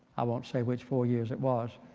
i won't say which four years it was.